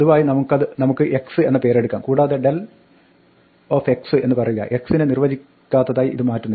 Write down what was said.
പൊതുവായി നമുക്ക് x എന്ന പേര് എടുക്കാം കൂടാതെ del എന്ന് പറയുക x നെ നിർവ്വചിക്കാത്തതായി ഇത് മാറ്റുന്നു